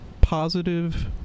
positive